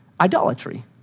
idolatry